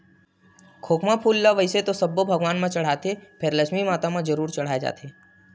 खोखमा फूल ल वइसे तो सब्बो भगवान म चड़हाथे फेर लक्छमी माता म जरूर चड़हाय जाथे